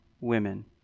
women